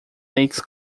lakes